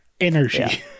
energy